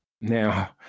Now